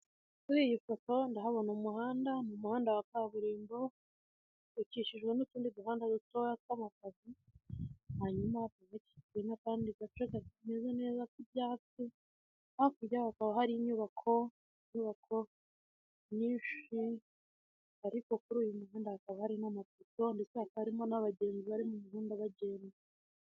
Kuri iyi foto we ndahabona umuhanda, ni umuhanda wa kaburimbo ukikijwe n'utundi duhanda duto tw'amapave, hanyuma hari n'akandi gace kameze neza karimo ibyatsi, hakurya hakaba hari inyubako, inyubako nyinshi ariko kuri uyu muhanda hakaba harimo amapoto ndetse hatarimo n'abagenzi bari mu mihanda bagenda.